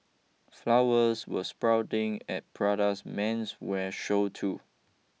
flowers were sprouting at Prada's menswear show too